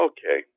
Okay